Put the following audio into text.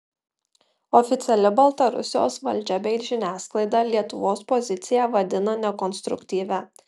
oficiali baltarusijos valdžia bei žiniasklaida lietuvos poziciją vadina nekonstruktyvia